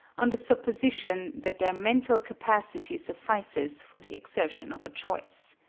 on the supposition that their mental capacity suffices for the exertion of a choice.